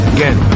Again